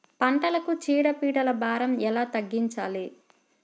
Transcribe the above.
పంటలకు చీడ పీడల భారం ఎలా తగ్గించాలి?